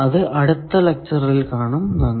അത് അടുത്ത ലെക്ച്ചറിൽ നാം കാണും നന്ദി